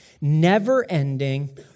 never-ending